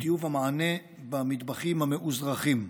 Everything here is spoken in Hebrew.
לטיוב המענה במטבחים המאוזרחים.